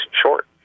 short